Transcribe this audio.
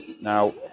Now